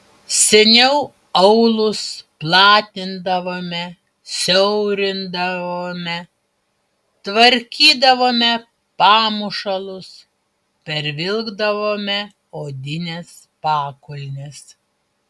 seniau aulus platindavome siaurindavome tvarkydavome pamušalus pervilkdavome odines pakulnes